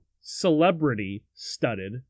celebrity-studded